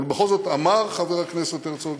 אבל בכל זאת, אמר חבר הכנסת הרצוג